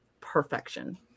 Perfection